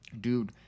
dude